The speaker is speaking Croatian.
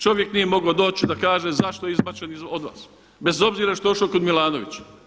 Čovjek nije mogao doći da kaže zašto je izbačen od vas bez obzira što je ošo kod Milanovića.